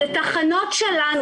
אלה תחנות שלנו.